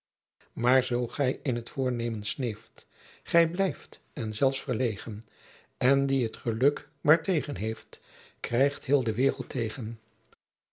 zoo gij in t voornemen sneeft ghy blijft en zelfs verlegen en die t geluck maer tegen heeft krijght heel de werelt tegen